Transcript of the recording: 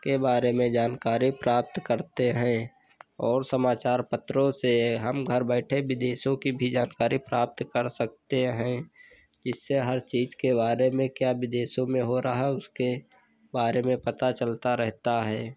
के बारे में जानकारी प्राप्त करते हैं और समाचार पत्रों से हम घर बैठे विदेशों की भी जानकारी प्राप्त कर सकते हैं जिससे हर चीज़ के बारे में क्या विदेशों में हो रहा है उसके बारे में पता चलता रहता है